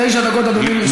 תשע דקות, אדוני, לרשותך.